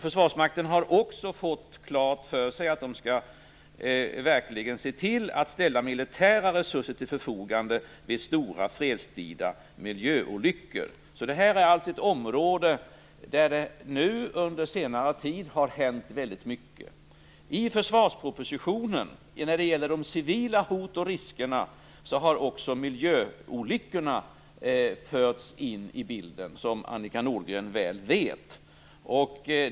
Försvarsmakten har också fått klart för sig att det gäller att verkligen se till att militära resurser ställs till förfogande vid stora fredstida miljöolyckor. Det här är alltså ett område som det nu under senare tid har hänt väldigt mycket på. I försvarspropositionen har när det gäller civila hot och risker också miljöolyckorna förts in i bilden - något som Annika Nordgren väl vet.